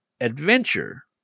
adventure